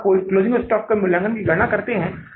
इसलिए हम कर से पहले केवल शुद्ध परिचालन लाभ की गणना करेंगे